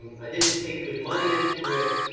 i didn't take good money in to it.